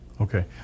okay